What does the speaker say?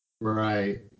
right